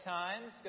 times